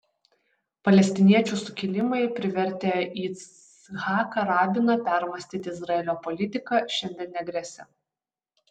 palestiniečių sukilimai privertę yitzhaką rabiną permąstyti izraelio politiką šiandien negresia